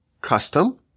custom